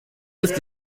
ist